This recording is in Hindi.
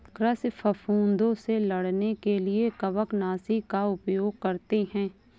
कृषि फफूदों से लड़ने के लिए कवकनाशी का उपयोग करते हैं